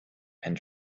and